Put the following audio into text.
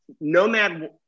Nomad